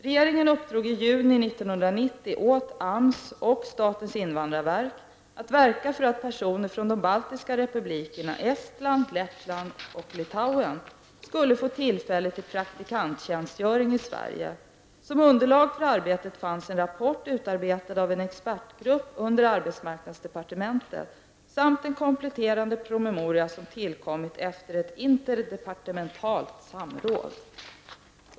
Regeringen uppdrog i juni 1990 åt AMS och statens invandrarverk att verka för att personer från de baltiska republikerna Estland, Lettland och Litauen skulle få tillfälle till praktikanttjänstgöring i Sverige. Som underlag för arbetet fanns en rapport utarbetad av en expertgrupp under arbetsmarknadsdepartementet samt en kompletterande promemoria som tillkommit efter ett interdepartementalt samråd.